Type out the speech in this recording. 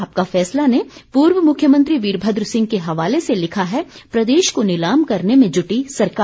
आपका फैसला ने पूर्व मुख्यमंत्री वीरमद्र सिंह के हवाले से लिखा है प्रदेश को नीलाम करने में जुटी सरकार